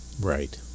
Right